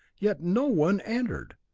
yet no one entered!